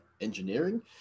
engineering